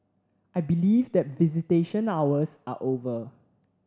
I believe that visitation hours are over